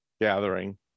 gathering